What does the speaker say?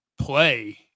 play